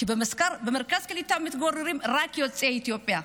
כי במרכז הקליטה מתגוררים רק יוצאי אתיופיה,